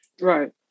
right